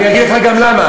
אני אגיד לך גם למה.